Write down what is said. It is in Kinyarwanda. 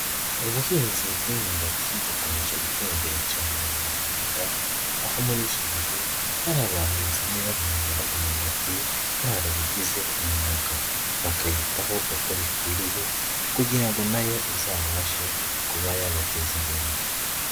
Ubuhinzi bw'imyumbati bukomeje gutera imbere cyane mu Rwanda, aho muri iki gihe hari abantu basigaye bahinga imyumbati barabigize umwuga, bakayitaho uko bikwiriye kugira ngo na yo izabashe kuba yabateza imbere.